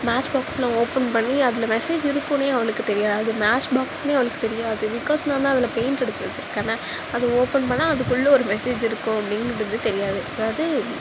match பாக்ஸில் open பண்ணி அதில் மெசேஜ் இருக்குனே அவளுக்கு தெரியாது மேட்ச் பாக்ஸ்னே அவளுக்கு தெரியாது பிகாஸ் நான்தான் அதில் பெயிண்ட் அடிச்சு வச்சுருக்கேனே அது ஓப்பன் பண்ணிணா அதுக்குள்ளே ஒரு மெஸேஜ் இருக்கும் அப்படின்னுங்குறது தெரியாது